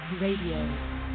Radio